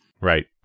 Right